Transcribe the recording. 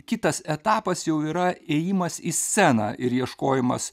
kitas etapas jau yra įėjimas į sceną ir ieškojimas